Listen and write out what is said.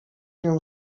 nią